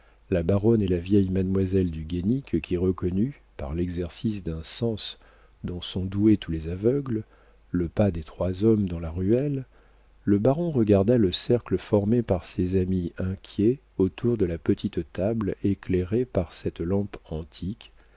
la baronne et la vieille mademoiselle du guénic qui reconnut par l'exercice d'un sens dont sont doués tous les aveugles le pas de trois hommes dans la ruelle le baron regarda le cercle formé par ses amis inquiets autour de la petite table éclairée par cette lampe antique